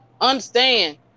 understand